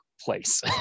place